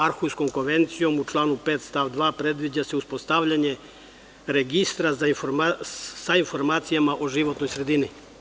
Arhuskom konvencijom u članu 5. stav 2. predviđa se uspostavljanje registra sa informacijama o životnoj sredini.